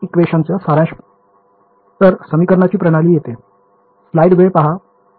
तर समीकरणाची प्रणाली येते